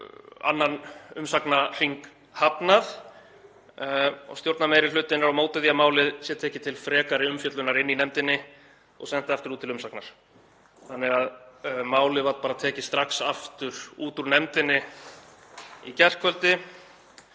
annan umsagnahring hafnað. Stjórnarmeirihlutinn er á móti því að málið sé tekið til frekari umfjöllunar í nefndinni og sent aftur út til umsagnar þannig að málið var bara tekið strax aftur úr nefndinni í gærkvöldi.